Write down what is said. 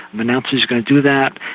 but announces he's going to do that,